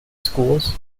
schools